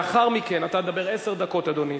אתה תדבר עשר דקות, אדוני.